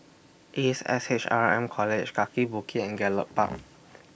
Ace S H R M College Kaki Bukit and Gallop Park